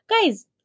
guys